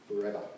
forever